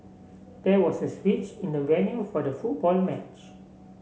there was a switch in the venue for the football match